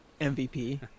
MVP